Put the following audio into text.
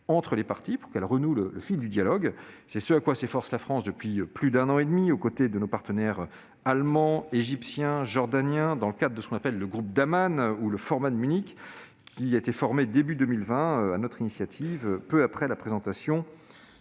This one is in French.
entre les parties pour qu'elles renouent le fil du dialogue. C'est ce à quoi s'efforce la France depuis plus d'un an et demi aux côtés de ses partenaires allemand, égyptien et jordanien, dans le cadre du groupe d'Amman ou du format de Munich, établi au début de 2020 sur notre initiative, peu après la présentation